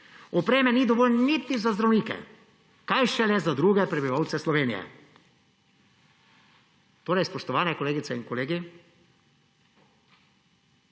Opreme ni dovolj niti za zdravnike, kaj šele za druge prebivalce Slovenije. Torej, spoštovane kolegice in kolegi,